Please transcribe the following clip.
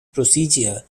procedure